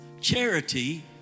Charity